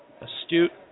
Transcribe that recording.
astute